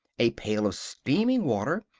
a pail of steaming water,